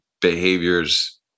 behaviors